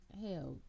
hell